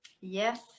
Yes